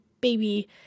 baby